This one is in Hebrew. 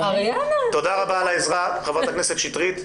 תודה על העזרה חברת הכנסת קטי שטרית,